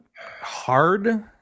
hard